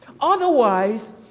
Otherwise